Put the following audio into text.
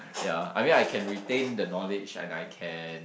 ya I mean I can retain the knowledge and I can